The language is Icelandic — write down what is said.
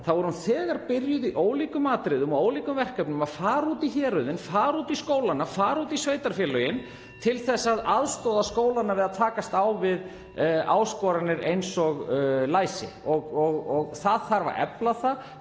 hringir.) byrjuð, í ólíkum atriðum og ólíkum verkefnum, að fara út í héruðin, fara út í skólana, fara út í sveitarfélögin (Forseti hringir.) til að aðstoða skólana við að takast á við áskoranir eins og læsi. Það þarf að efla það